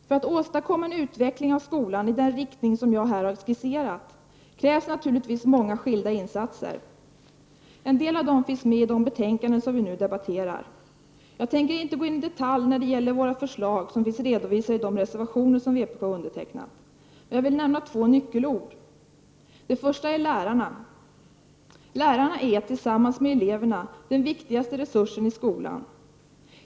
För att åstadkomma en utveckling av skolan i den riktning som jag här har skisserat krävs naturligtvis många skilda insatser. En del av dem finns med i de betänkanden som vi nu debatterar. Jag tänker inte gå in i detalj när det gäller våra förslag som finns redovisade i de reservationer som vpk har undertecknat. Men jag vill nämna två nyckelord. Det första är lärarna. Lärarna är, tillsammans med eleverna, den viktigaste resursen i skolan.